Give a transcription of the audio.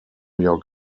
york